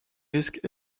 risques